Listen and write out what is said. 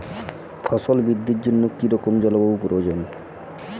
ফসল বৃদ্ধির জন্য কী রকম জলবায়ু প্রয়োজন?